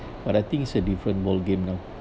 but I think it's a different world game now